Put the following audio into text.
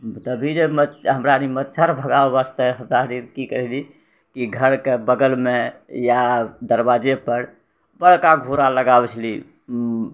तभी हमरारि मच्छर भगाबै वास्ते हमरारि कि करै रहियै कि घरके बगलमे या दरवाजे पर बड़का घूरा लगाबै छेलियै